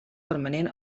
permanent